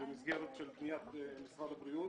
במסגרת פניית משרד הבריאות.